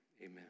amen